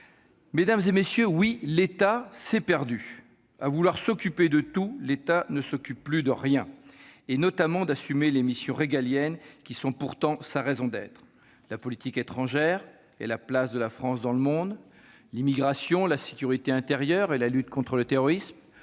demandé ... Oui, l'État s'est perdu ! À vouloir s'occuper de tout, il ne s'occupe plus de rien, notamment pas d'assumer les missions régaliennes, pourtant sa raison d'être : la politique étrangère et la place de la France dans le monde, l'immigration, la sécurité intérieure et la lutte contre le terrorisme,